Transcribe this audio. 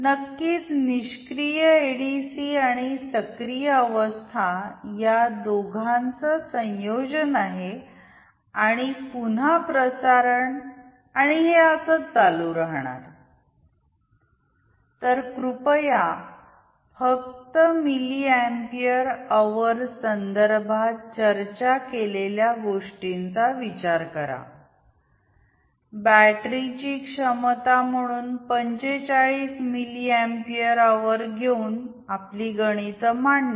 नक्कीच निष्क्रिय एडीसी आणि सक्रिय अवस्था या दोघांचे संयोजन आहे आणि पुन्हा प्रसारण आणि हे असंच चालू राहणार तर कृपया फक्त मिलीपियर अवर संदर्भात चर्चा केलेल्या गोष्टीन्चा विचार करा बॅटरीची क्षमता म्हणून 45 मिलिअम्पियर अवर घेऊन आपली गणित मांडा